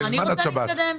אני רוצה להתקדם.